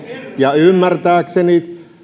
ja ymmärtääkseni